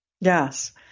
Yes